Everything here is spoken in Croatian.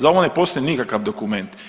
Za ovo ne postoji nikakav dokument.